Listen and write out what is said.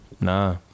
Nah